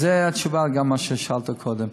אז זו התשובה גם על מה ששאלת קודם.